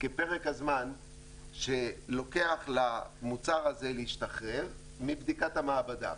כפרק הזמן שלוקח למוצר הזה להשתחרר מבדיקת המעבדה,